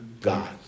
God